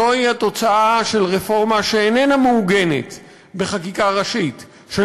זו התוצאה של רפורמה שאיננה מעוגנת בחקיקה ראשית של